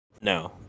No